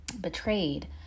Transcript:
betrayed